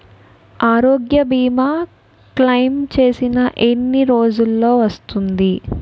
ఆరోగ్య భీమా క్లైమ్ చేసిన ఎన్ని రోజ్జులో వస్తుంది?